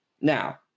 now